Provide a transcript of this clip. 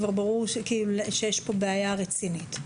ברור שיש פה בעיה רצינית.